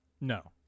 No